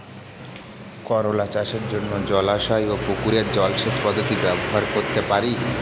করোলা চাষের জন্য জলাশয় ও পুকুর জলসেচ পদ্ধতি ব্যবহার করতে পারি?